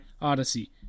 Odyssey